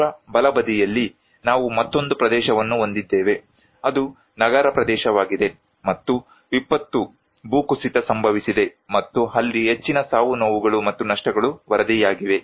ತೀವ್ರ ಬಲಬದಿಯಲ್ಲಿ ನಾವು ಮತ್ತೊಂದು ಪ್ರದೇಶವನ್ನು ಹೊಂದಿದ್ದೇವೆ ಅದು ನಗರ ಪ್ರದೇಶವಾಗಿದೆ ಮತ್ತು ವಿಪತ್ತು ಭೂಕುಸಿತ ಸಂಭವಿಸಿದೆ ಮತ್ತು ಅಲ್ಲಿ ಹೆಚ್ಚಿನ ಸಾವು ನೋವುಗಳು ಮತ್ತು ನಷ್ಟಗಳು ವರದಿಯಾಗಿವೆ